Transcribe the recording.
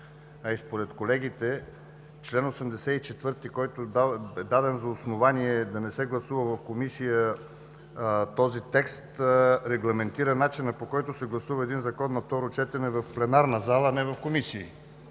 а и според колегите чл. 84, който е даден за основание, да не се гласува в Комисията този текст, регламентира начина, по който се гласува закон на второ четене в пленарната зала, а не в комисии.